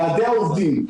ועדי העובדים,